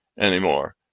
anymore